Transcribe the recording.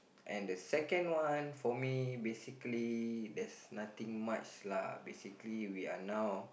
and the second one for me basically there's nothing much lah basically we are now